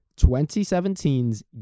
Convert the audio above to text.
2017's